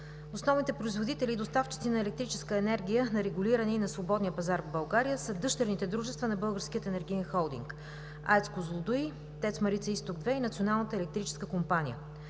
основните производители и доставчици на електрическа енергия на регулирания и на свободния пазар в България са дъщерните дружества на Българския енергиен холдинг, АЕЦ „Козлодуй“, ТЕЦ „Марица изток 2“ и Националната електрическа компания.